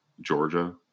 Georgia